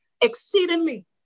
exceedingly